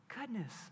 goodness